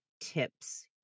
tips